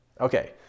Okay